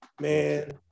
man